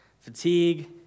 fatigue